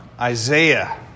Isaiah